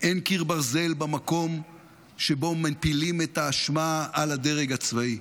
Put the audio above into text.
אין קיר ברזל במקום שבו מפילים את האשמה על הדרג הצבאי.